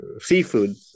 seafood